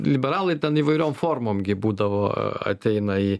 liberalai ten įvairiom formom gi būdavo ateina į